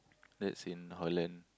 that's in Holland